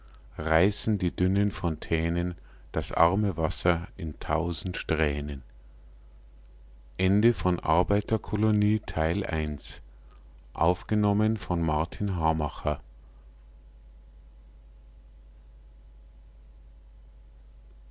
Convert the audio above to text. reissen die dünnen fontänen das arme wasser in tausend strähnen